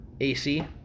AC